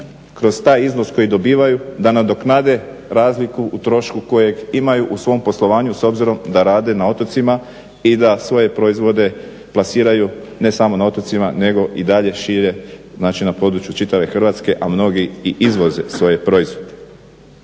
kroz taj iznos koji dobivaju da nadoknade razliku u trošku kojeg imaju u svom poslovanju s obzirom da rade na otocima i da svoje proizvode plasiraju ne samo na otocima nego i dalje šire znači na području čitave Hrvatske, a mnogi i izvoze svoje proizvode.